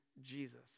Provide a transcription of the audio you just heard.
Jesus